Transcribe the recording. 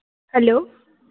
hello